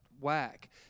whack